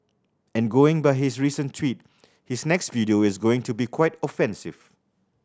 and going by his recent tweet his next video is going to be quite offensive